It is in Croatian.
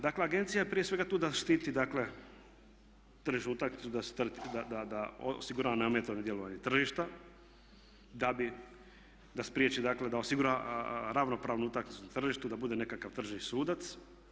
Dakle, agencija je prije svega tu da štiti, dakle tržišnu utakmicu da osigura neometano djelovanje tržišta, da spriječi dakle da osigura ravnopravnu utakmicu na tržištu, da bude nekakav tržni sudac.